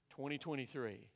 2023